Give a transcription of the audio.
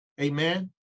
Amen